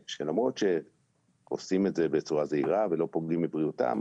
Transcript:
שלמרות שעושים את זה בצורה זהירה ולא פוגעים בבריאותם,